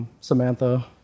Samantha